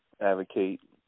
advocate